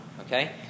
Okay